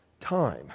time